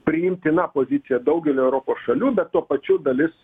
priimtina pozicija daugelio europos šalių bet tuo pačiu dalis